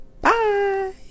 Bye